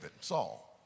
Saul